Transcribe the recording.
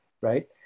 right